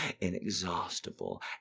inexhaustible